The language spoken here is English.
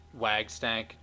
wagstank